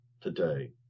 today